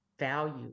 value